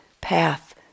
Path